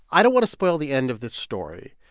i don't want to spoil the end of this story,